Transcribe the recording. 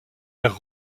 vers